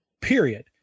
period